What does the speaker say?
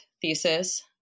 thesis